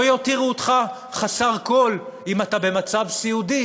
לא יותירו אותך חסר כול אם אתה במצב סיעודי,